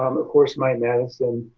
um of course, mymadison